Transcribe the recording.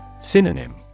Synonym